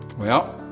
well,